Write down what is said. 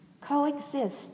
coexist